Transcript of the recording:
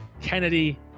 Kennedy